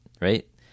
right